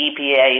EPA